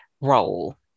role